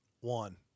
one